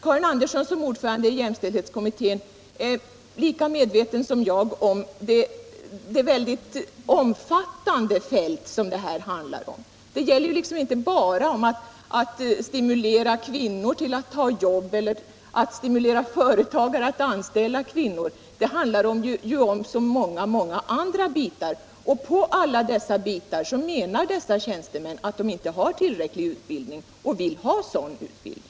Karin Andersson såsom ordförande i jämställdhetskommittén är lika medveten som jag om det väldigt omfattande fält som det här handlar om. Det gäller inte bara att stimulera kvinnor till att ta jobb eller företagare till att anställa kvinnor. Det handlar ju också om så många andra bitar. Dessa tjänstemän menar att de inte har tillräcklig utbildning i alla dessa bitar. Därför vill de ha utbildning.